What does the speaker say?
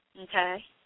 Okay